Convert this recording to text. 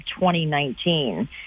2019